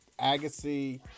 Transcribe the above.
Agassi